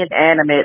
inanimate